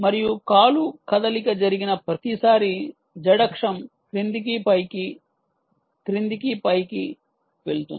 మరియు కాలు కదలిక జరిగిన ప్రతిసారీ z అక్షం క్రిందికి పైకి క్రిందికి పైకి క్రిందికి వెళుతుంది